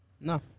No